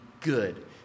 good